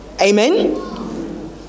amen